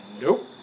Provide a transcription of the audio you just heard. nope